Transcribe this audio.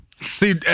See